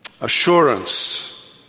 assurance